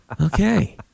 Okay